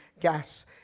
gas